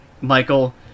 Michael